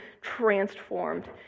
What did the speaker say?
transformed